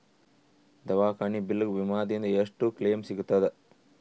ದವಾಖಾನಿ ಬಿಲ್ ಗ ವಿಮಾ ದಿಂದ ಎಷ್ಟು ಕ್ಲೈಮ್ ಸಿಗತದ?